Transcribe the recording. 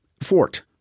fort